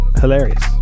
hilarious